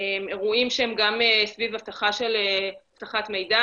אירועים שהם גם סביב אבטחת מידע,